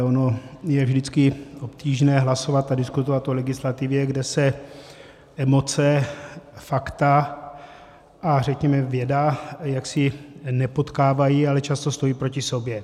Ono je vždycky obtížné hlasovat a diskutovat o legislativě, kde se emoce, fakta a řekněme věda jaksi nepotkávají, ale často stojí proti sobě.